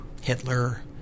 Hitler